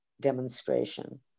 demonstration